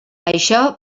això